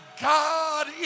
God